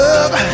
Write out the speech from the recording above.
Love